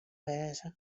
wêze